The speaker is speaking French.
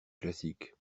classique